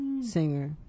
singer